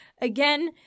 Again